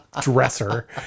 dresser